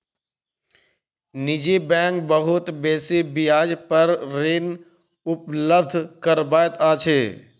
निजी बैंक बहुत बेसी ब्याज पर ऋण उपलब्ध करबैत अछि